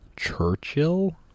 Churchill